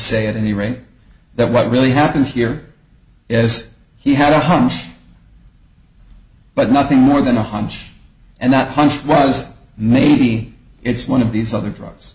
say at any rate that what really happened here as he had a hunch but nothing more than a hunch and that hunch was maybe it's one of these other drugs